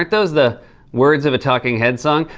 those the words of a talking heads song?